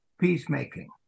peacemaking